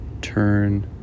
turn